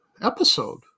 episode